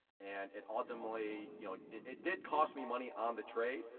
and it ultimately, you know, it did cost me money on the trade,